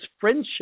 friendship